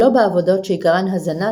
שלא בעבודות שעיקרן הזנה,